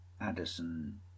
Addison